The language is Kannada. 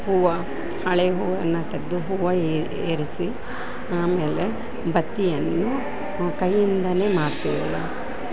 ಹೂವು ಹಳೆ ಹೂವನ್ನು ತೆಗೆದು ಹೂವು ಏರಿಸಿ ಆಮೇಲೆ ಬತ್ತಿಯನ್ನು ಕೈಯಿಂದಾನೆ ಮಾಡ್ತಿವಲ್ಲ